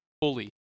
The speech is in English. fully